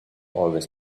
always